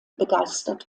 begeistert